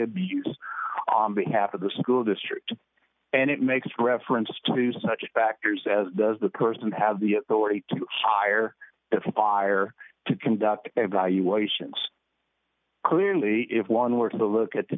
abuse on behalf of the school district and it makes reference to such factors as does the person have the authority to hire fire to conduct evaluations clearly if one were to look at the